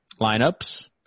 lineups